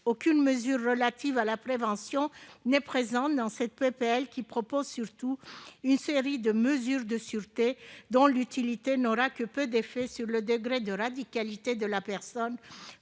aucune mesure relative à la prévention n'est présente dans cette proposition de loi, qui contient surtout une série de mesures de sûreté dont l'utilité n'aura que peu d'effets sur le degré de radicalité de la personne